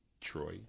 Troy